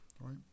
right